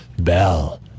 Bell